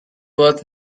worth